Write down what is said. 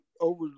over